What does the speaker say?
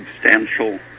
substantial